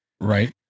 Right